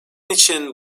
için